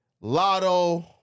Lotto